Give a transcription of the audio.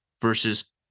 versus